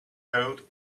coat